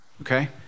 okay